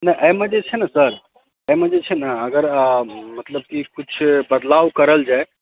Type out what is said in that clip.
नहि एहिमे जे छै ने सर एहिमे जे छै ने मतलब कि किछु बदलाव करल जाय